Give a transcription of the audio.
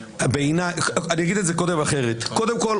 אין חובה מקבילה על רשויות שלטון אחרות --- אתה